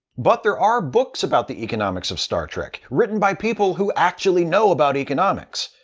but there are books about the economics of star trek, written by people who actually know about economics,